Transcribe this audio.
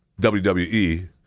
WWE